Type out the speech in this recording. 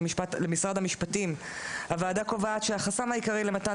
למשרד המשפטים הוועדה קובעת שהחסם העיקרי למתן